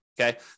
okay